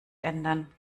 ändern